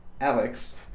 Alex